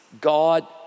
God